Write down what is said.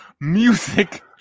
music